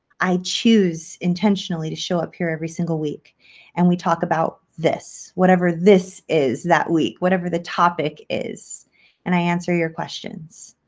i choose intentionally to show up here every single week and we talk about this whatever this is that week whatever the topic is and i answer your questions.